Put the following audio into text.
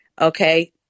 Okay